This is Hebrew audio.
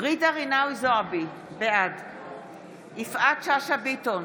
ג'ידא רינאוי זועבי, בעד יפעת שאשא ביטון,